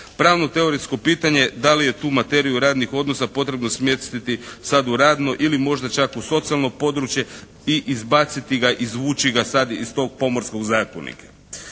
Pravno teorijsko pitanje da li je tu materiju radnih odnosa potrebno smjestiti sad u radno ili možda čak u socijalno područje i izbaciti ga, izvući ga sad iz tog Pomorskog zakonika.